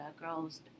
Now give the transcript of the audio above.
girls